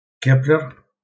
Kepler